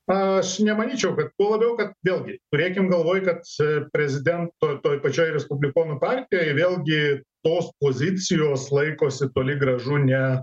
aš nemanyčiau kad tuo labiau kad vėlgi turėkim galvoj kad prezidento toj pačioj respublikonų partijoj vėlgi tos pozicijos laikosi toli gražu ne